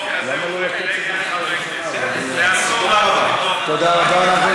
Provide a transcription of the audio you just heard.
כנסת, תודה רבה.